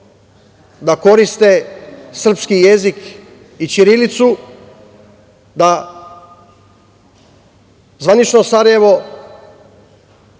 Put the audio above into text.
da koriste srpski jezik i ćirilicu, da zvanično Sarajevo